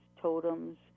totems